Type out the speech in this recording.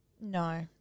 No